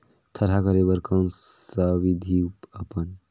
थरहा करे बर कौन सा विधि अपन?